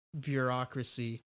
bureaucracy